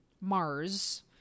Mars